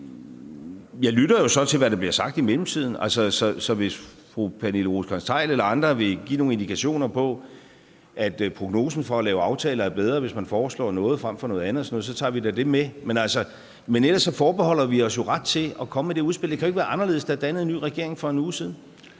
Jeg lytter jo så til, hvad der bliver sagt i mellemtiden, så hvis fru Pernille Rosenkrantz-Theil eller andre vil give nogle indikationer på, at prognosen for at lave aftaler er bedre, hvis man foreslår noget frem for noget andet, så tager vi da det med. Men ellers forbeholder vi os jo ret til at komme med det udspil. Det kan jo ikke være anderledes. Der er dannet en ny regering for 1 uge siden.